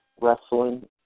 Wrestling